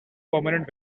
permanent